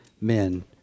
Men